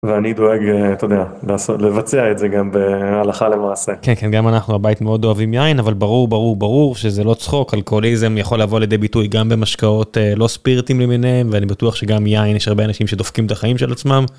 ואני דואג לבצע את זה גם בהלכה למעשה כן כן גם אנחנו הבית מאוד אוהבים יין אבל ברור ברור ברור שזה לא צחוק אלכוהליזם יכול לבוא לידי ביטוי גם במשקאות לא ספירטים למיניהם ואני בטוח שגם יין יש הרבה אנשים שדופקים את החיים של עצמם.